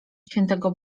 świętego